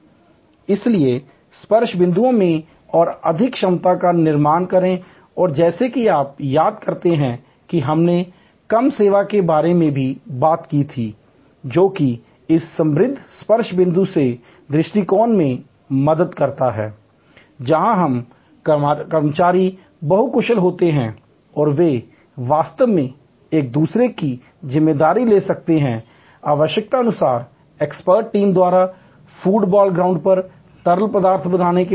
इसलिए स्पर्श बिंदुओं में और अधिक सक्षमता का निर्माण करें और जैसा कि आप याद करते हैं कि हमने कम सेवा के बारे में भी बात की थी जो कि इस समृद्ध स्पर्श बिंदु से दृष्टिकोण में मदद करता है जहां सेवा कर्मचारी बहु कुशल होते हैं और वे वास्तव में एक दूसरे की जिम्मेदारी ले सकते हैं आवश्यकतानुसार एक्सपर्ट टीम द्वारा फूड बॉल ग्राउंड पर तरल पदार्थ बनाने के लिए